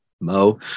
Mo